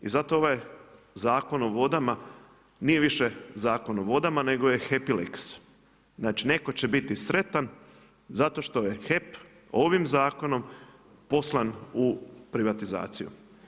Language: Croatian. I zato ovaj Zakon o vodama, nije više Zakon o vodama, nego je … Znači netko će biti sretan zato što je HEP ovim zakonom poslan u privatizaciju.